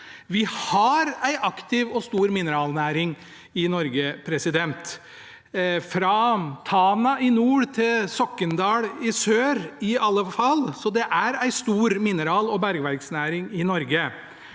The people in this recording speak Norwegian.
Vi har en aktiv og stor mineralnæring i Norge – fra Tana i nord til Sokndal sør, i alle fall. Det er en stor mineral- og bergverksnæring i Norge.